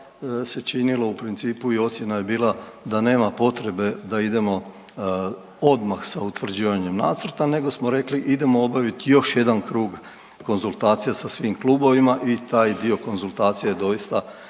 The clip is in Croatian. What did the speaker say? se činilo u principu i ocjena je bila da nema potrebe da idemo odmah sa utvrđivanjem nacrta nego smo rekli idemo obavit još jedan krug konzultacija sa svim klubovima i taj dio konzultacija je doista